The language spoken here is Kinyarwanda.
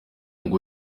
ngo